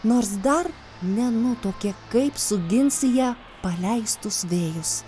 nors dar nenutuokė kaip sugins į ją paleistus vėjus